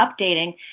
updating